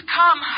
come